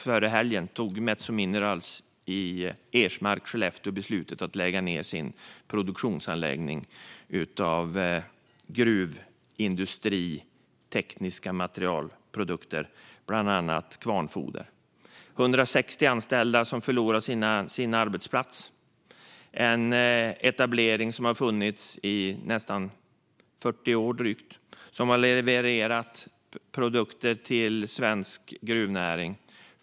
Före helgen tog Metso Minerals beslutet att lägga ned sin produktionsanläggning i Ersmark i Skellefteå för gruvindustritekniska materialprodukter, bland annat kvarnfoder. 160 anställda förlorar sin arbetsplats. Det är en etablering som har funnits i drygt 40 år och som har levererat produkter till svensk gruvnäring.